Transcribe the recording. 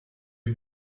you